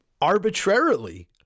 arbitrarily